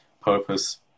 purpose